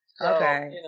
Okay